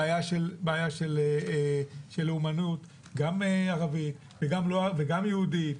בעיה של לאומנות גם ערבית וגם לא וגם יהודית.